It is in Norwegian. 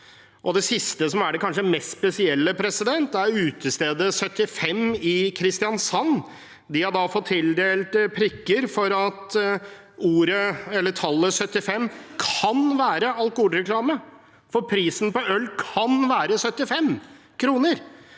Det siste, som kanskje er det mest spesielle, er utestedet «75» i Kristiansand. De har fått tildelt prikker fordi tallet 75 kan være alkoholreklame, for prisen på øl kan være 75 kr.